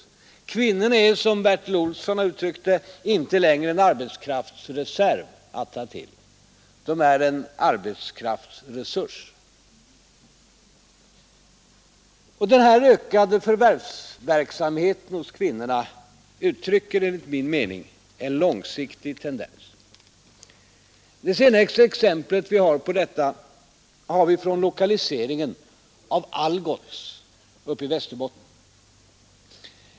Kvinnorna är, som Bertil Olsson har uttryckt det, inte längre en arbetskraftsreserv att ta till. De är en arbetskraftsresurs. Den här ökande förvärvsverksamheten hos kvinnorna uttrycker, enligt min mening, en långsiktig tendens. Det senaste exemplet på detta har vi från lokaliseringen av Algots till Västerbotten.